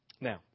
Now